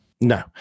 No